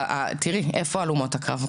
איפה הלומות הקרב?